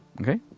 Okay